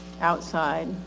outside